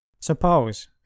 Suppose